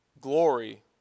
glory